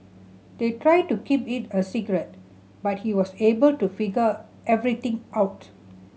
they tried to keep it a secret but he was able to figure everything out